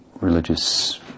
religious